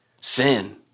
Sin